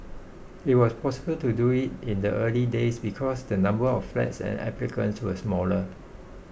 it was possible to do it in the early days because the number of flats and applicants were smaller